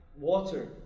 water